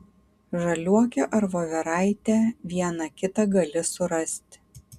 žaliuokę ar voveraitę vieną kitą gali surasti